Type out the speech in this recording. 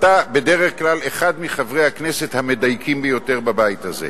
אתה בדרך כלל אחד מחברי הכנסת המדייקים ביותר בבית הזה.